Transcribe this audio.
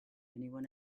anyone